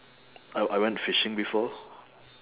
I I went fishing before